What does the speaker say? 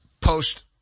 post